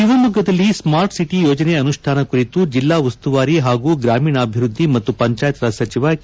ಶಿವಮೊಗ್ಗದಲ್ಲಿ smart city ಯೋಜನೆ ಅನುಷ್ಠಾನ ಕುರಿತು ಜಿಲ್ನಾ ಉಸ್ತುವಾರಿ ಹಾಗೂ ಗ್ರಾಮೀಣಾಭಿವೃದ್ದಿ ಮತ್ತು ಪಂಚಾಯತ್ ರಾಜ್ ಸಚಿವ ಕೆ